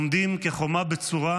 עומדים כחומה בצורה,